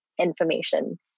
information